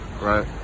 right